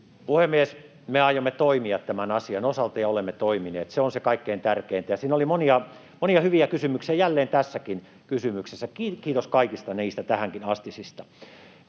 Puhemies! Me aiomme toimia tämän asian osalta ja olemme toimineet. Se on kaikkein tärkeintä. Siinä oli monia hyviä kysymyksiä jälleen tässäkin kysymyksessä — ja kiitos kaikista niistä tähänkin astisista.